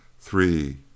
three